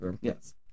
Yes